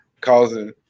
causing